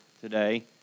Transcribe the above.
today